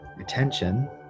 attention